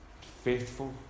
faithful